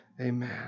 amen